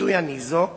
פיצוי הניזוק